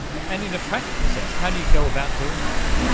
and in a practical sense, how do you go about doing that?